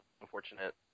unfortunate